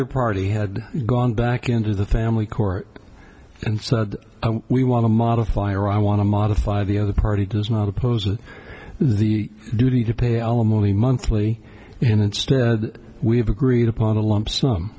either party had gone back into the family court and said we want to modify or i want to modify the other party does not oppose the duty to pay alimony monthly and instead we have agreed upon a